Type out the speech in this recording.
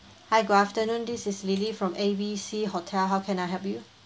hi good afternoon this is lily from A B C hotel how can I help you